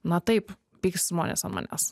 na taip pyks žmonės ant manęs